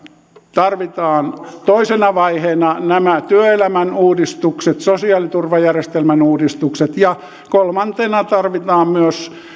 tarvitaan toisena vaiheena nämä työelämän uudistukset sosiaaliturvajärjestelmän uudistukset ja kolmantena tarvitaan myös